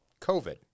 COVID